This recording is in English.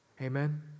Amen